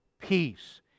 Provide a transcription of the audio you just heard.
peace